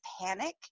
panic